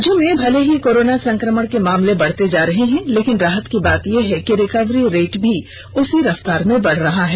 राज्य में भले ही कोरोना संकमण के मामले बढ़ते जा रहे हैं लेकिन राहत की बात यह है कि रिकवरी रेट भी उसी रफ्तार में बढ़ रहा है